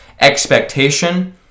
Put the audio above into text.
expectation